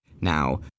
Now